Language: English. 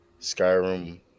Skyrim